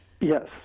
Yes